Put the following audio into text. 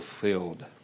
fulfilled